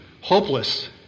hopeless